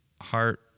heart